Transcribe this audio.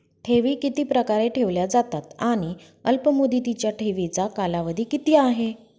ठेवी किती प्रकारे ठेवल्या जातात आणि अल्पमुदतीच्या ठेवीचा कालावधी किती आहे?